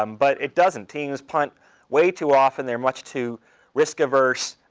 um but it doesn't. teams punt way too often. they're much too risk-averse.